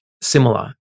similar